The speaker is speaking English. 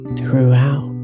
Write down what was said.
throughout